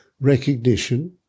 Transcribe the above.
recognition